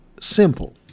simple